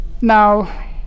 now